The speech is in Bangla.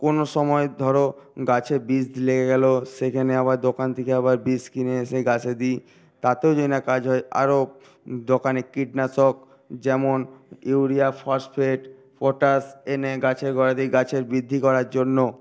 কোনো সময় ধরো গাছে বিষ লেগে গেলো সেইখানে আবার দোকান থেকে আবার বিষ কিনে এনে গাছে দিই তাতেও যদি না কাজ হয় আরও দোকানে কীটনাশক যেমন ইউরিয়া ফসফেট পটাশ এনে গাছের গোড়ায় দিই গাছের বৃদ্ধি করার জন্য